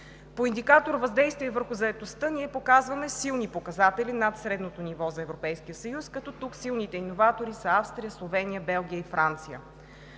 По индикатор „Въздействие върху заетостта“ ние показваме силни показатели – над средното ниво за Европейския съюз, като тук силните иноватори са Австрия, Словения, Белгия и Франция.